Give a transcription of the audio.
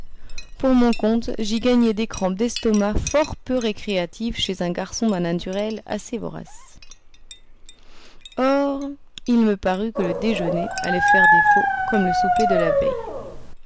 pour mon compte j'y gagnai des crampes d'estomac fort peu récréatives chez un garçon d'un naturel assez vorace or il me parut que le déjeuner allait faire défaut comme le souper de la veille